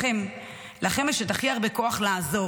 לכם יש את הכי הרבה כוח לעזור.